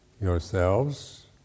yourselves